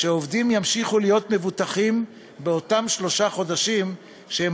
שעובדים ימשיכו להיות מבוטחים באותם שלושה חודשים שהם